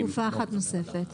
לא תקופה אחת נוספת.